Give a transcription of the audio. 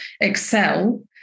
excel